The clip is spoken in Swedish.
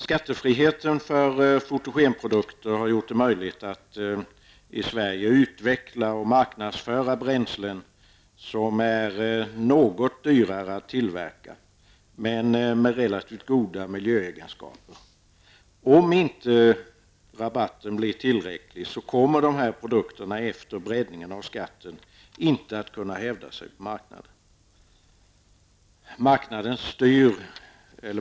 Skattefriheten för fotogenprodukter har gjort det möjligt att i Sverige utveckla och marknadsföra bränslen som är något dyrare att tillverka men som har relativt goda miljöegenskaper. Om inte rabatten blir tillräcklig kommer dessa produkter efter breddningen av skatten inte att kunna hävda sig på marknaden.